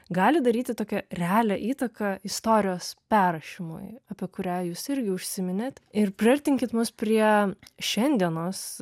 gali daryti tokią realią įtaką istorijos perrašymui apie kurią jūs irgi užsiminėt ir priartinkit mus prie šiandienos